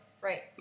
right